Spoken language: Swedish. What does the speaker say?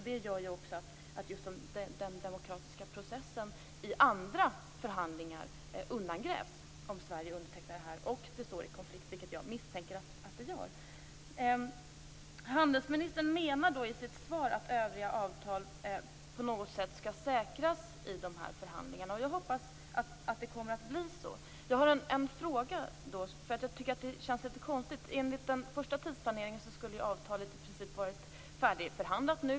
Det gör ju också att den demokratiska processen i andra förhandlingar undangrävs om Sverige undertecknar det här avtalet och avtalen står i konflikt, vilket jag misstänker att de gör. Handelsministern menar i sitt svar att övriga avtal på något sätt skall säkras i förhandlingarna. Jag hoppas att det kommer att bli så. Jag har en fråga, eftersom jag tycker att det känns litet konstigt. Enligt den första tidsplaneringen skulle avtalet i princip ha varit färdigförhandlat nu.